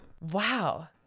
Wow